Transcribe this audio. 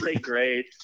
great